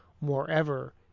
Moreover